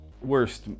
Worst